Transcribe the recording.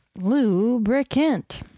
lubricant